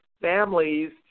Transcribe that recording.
families